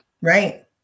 Right